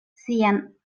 sian